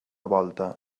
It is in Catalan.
volta